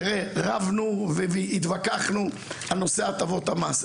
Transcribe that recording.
תראה רבנו והתווכחנו על נושא הטבות המס,